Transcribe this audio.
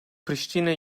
priştine